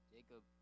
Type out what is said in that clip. Jacob